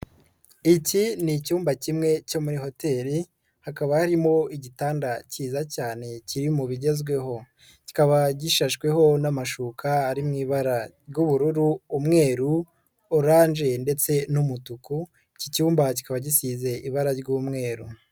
Iki ni icyumba kimwe cyo muri hoteri, hakaba harimo igitanda cyiza cyane kiri mu bigezweho, kikaba gishashweho n'amashuka ari mu ibara ry'ubururu, umweru, orange ndetse n'umutuku, iki cyumba kikaba gisize ibara ry'umweru.